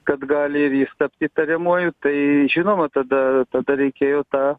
kad gali ir jis tapti įtariamuoju tai žinoma tada tada reikėjo tą